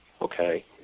okay